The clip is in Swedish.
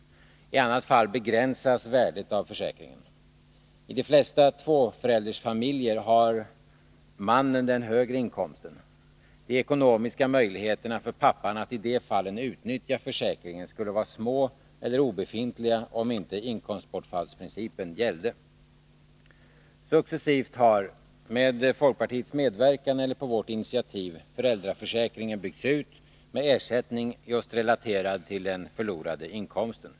I annat fall begränsas värdet av försäkringen. I de flesta tvåföräldersfamiljer har mannen den högre inkomsten. De ekonomiska möjligheterna för pappan att i de fallen utnyttja försäkringen skulle vara små eller obefintliga, om inte inkomstbortfallsprincipen gällde. Successivt har, genom folkpartiets medverkan eller på vårt initiativ, föräldraförsäkringen byggts ut med ersättning relaterad just till den förlorade inkomsten.